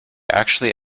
actually